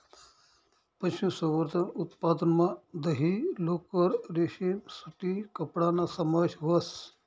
पशुसंवर्धन उत्पादनमा दही, लोकर, रेशीम सूती कपडाना समावेश व्हस